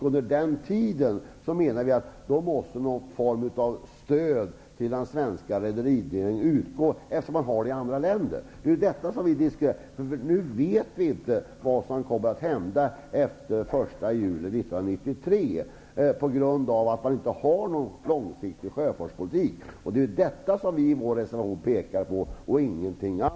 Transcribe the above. Under den tiden, menar vi, måste någon form av stöd utgå till den svenska rederinäringen -- precis som i andra länder. Det är ju vad vi har diskuterat. Nu vet vi inte vad som kommer att hända efter den 1 juli 1993 på grund av att det inte finns en långsiktig sjöfartspolitik. Det är detta och ingenting annat som vi pekar på i vår reservation.